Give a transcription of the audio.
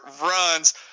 runs